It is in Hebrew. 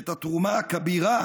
ואת התרומה הכבירה